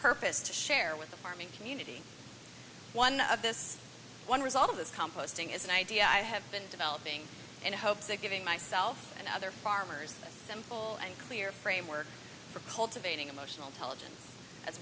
purpose to share with the farming community one of this one result of this composting is an idea i have been developing in hopes of giving myself and other farmers simple and clear framework for cultivating emotional intelligence as